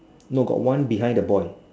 no got one behind the boy